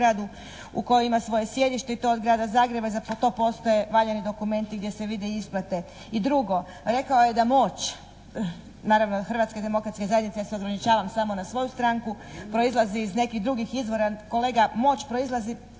u kojoj ima svoje sjedište i to od Grada Zagreba i za to postoje valjani dokumenti gdje se vide isplate. I drugo, rekao je da moć naravno Hrvatske demokratske zajednice, ja se ograničavam samo na svoju stranku proizlazi iz nekih drugih izvora. Kolega moć proizlazi,